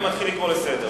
אני מתחיל לקרוא לסדר.